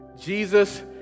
Jesus